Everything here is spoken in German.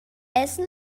essen